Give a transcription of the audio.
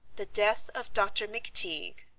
the death of dr. mcteague,